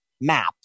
map